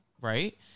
right